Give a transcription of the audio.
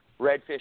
redfish